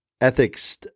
ethics